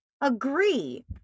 agree